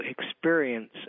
experience